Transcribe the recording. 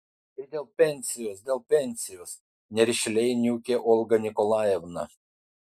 tai dėl pensijos dėl pensijos nerišliai niūkė olga nikolajevna